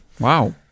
Wow